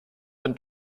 den